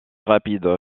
rapide